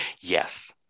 yes